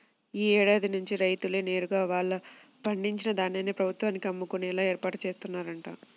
యీ ఏడాది నుంచి రైతులే నేరుగా వాళ్ళు పండించిన ధాన్యాన్ని ప్రభుత్వానికి అమ్ముకునేలా ఏర్పాట్లు జేత్తన్నరంట